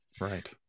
Right